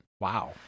Wow